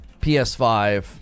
PS5